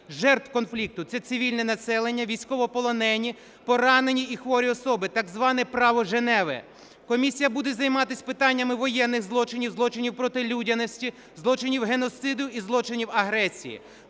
жертв конфлікту (це цивільне населення, військовополонені, поранені і хворі особи), так зване право Женеви. Комісія буде займатися питаннями воєнних злочинів, злочинів проти людяності, злочинів геноциду і злочинів агресії.